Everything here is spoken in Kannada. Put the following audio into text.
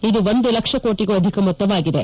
ಇದು ಒಂದು ಲಕ್ಷ ಕೋಟಗೂ ಅಧಿಕ ಮೊತ್ತವಾಗಿದೆ